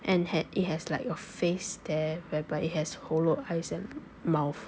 and had it has like a face there whereby it has hollow eyes and mouth